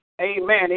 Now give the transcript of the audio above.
Amen